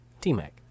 T-Mac